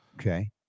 Okay